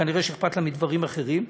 כנראה אכפת לה מדברים אחרים.